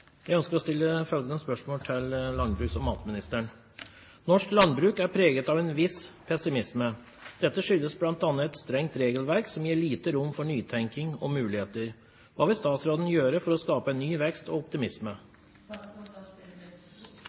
preget av en viss pessimisme. Dette skyldes bl.a. et strengt regelverk som gir lite rom for nytenkning og muligheter. Hva vil statsråden gjøre for å skape en ny vekst og optimisme?»